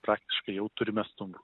praktiškai jau turime stumbrų